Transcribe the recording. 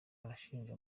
arashinja